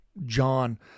John